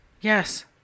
Yes